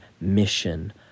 mission